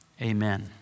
Amen